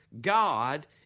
God